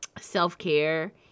self-care